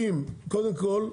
אם, קודם כל,